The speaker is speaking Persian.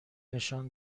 نشان